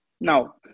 Now